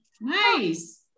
Nice